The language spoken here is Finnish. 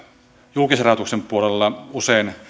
julkisen rahoituksen puolella usein